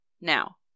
now